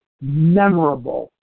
memorable